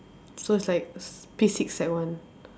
so it's like s~ P six sec one